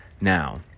now